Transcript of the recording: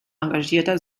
engagierter